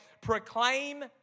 Proclaim